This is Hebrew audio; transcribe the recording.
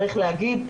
צריך להגיד,